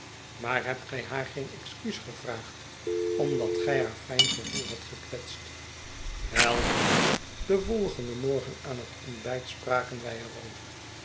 maar hebt gij haar geen excuus gevraagd omdat gij haar fijn gevoel hadt gekwetst wel neen den volgenden morgen aan het ontbijt spraken wij